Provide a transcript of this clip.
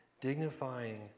dignifying